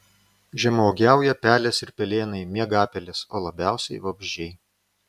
žemuogiauja pelės ir pelėnai miegapelės o labiausiai vabzdžiai